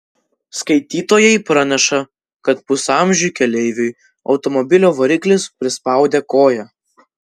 skaitytojai praneša kad pusamžiui keleiviui automobilio variklis prispaudė koją